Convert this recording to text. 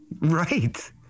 Right